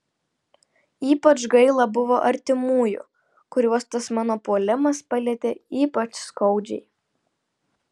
ypač gaila buvo artimųjų kuriuos tas mano puolimas palietė ypač skaudžiai